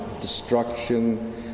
destruction